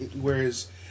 whereas